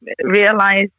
realize